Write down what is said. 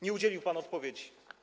Nie udzielił pan odpowiedzi.